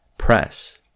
Press